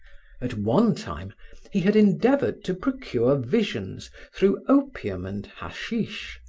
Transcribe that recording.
at one time he had endeavored to procure visions through opium and hashish,